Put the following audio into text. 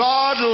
God